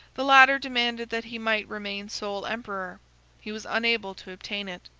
the latter demanded that he might remain sole emperor he was unable to obtain it.